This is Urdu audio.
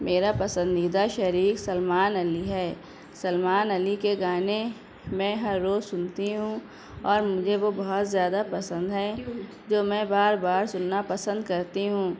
میرا پسندیدہ شریک سلمان علی ہے سلمان علی کے گانے میں ہر روز سنتی ہوں اور مجھے وہ بہت زیادہ پسند ہے جو میں بار بار سننا پسند کرتی ہوں